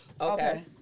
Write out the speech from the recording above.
Okay